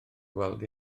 gweld